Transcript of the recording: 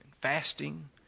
fasting